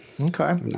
Okay